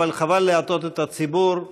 אבל חבל להטעות את הציבור.